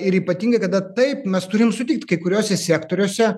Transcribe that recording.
ir ypatingai kada taip mes turim sutikt kai kuriuose sektoriuose